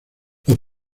los